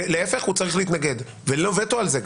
ולהפך, הוא צריך להתנגד ואין לו וטו על זה.